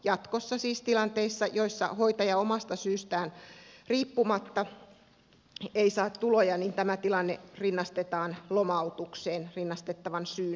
jatkossa siis tilanteissa joissa hoitaja omasta syystään riippumatta ei saa tuloja tämä tilanne rinnastetaan lomautukseen rinnastettavan syyn perusteeksi